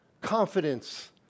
confidence